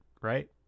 right